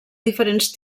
diferents